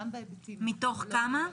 מתוך כמה?